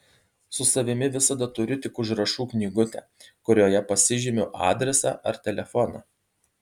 su savimi visada turiu tik užrašų knygutę kurioje pasižymiu adresą ar telefoną